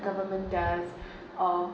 government done or